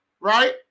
Right